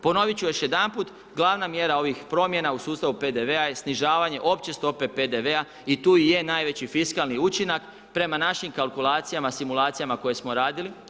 Ponovit ću još jedanput, glavna mjera ovih promjena u sustavu PDV-a je snižavanje opće stope PDV-a i tu je najveći fiskalni učinak prema našim kalkulacijama, simulacijama koje smo radili.